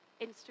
Instagram